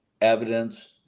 evidence